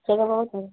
चलो बहुत है